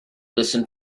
listen